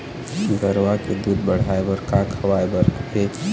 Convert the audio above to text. गरवा के दूध बढ़ाये बर का खवाए बर हे?